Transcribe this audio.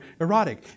erotic